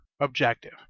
objective